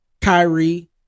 Kyrie